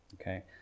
okay